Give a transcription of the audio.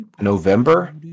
November